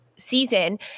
season